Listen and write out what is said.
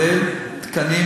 זה כולל תקנים,